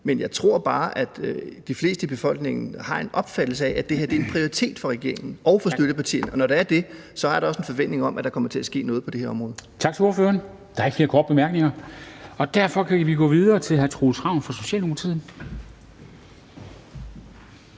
Men jeg tror bare, at de fleste i befolkningen har en opfattelse af, at det her er en prioritet for regeringen og for støttepartierne, og når det er det, er der også en forventning om, at der kommer til at ske noget på det her område. Kl. 10:37 Formanden (Henrik Dam Kristensen): Tak til ordføreren. Der er ikke flere korte bemærkninger, og derfor kan vi gå videre til hr. Troels Ravn fra Socialdemokratiet.